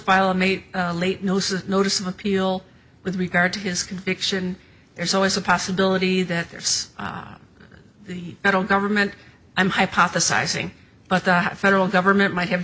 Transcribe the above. file a made late gnosis notice of appeal with regard to his conviction there's always a possibility that there's the federal government i'm hypothesizing but the federal government might have